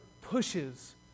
pushes